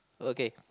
okay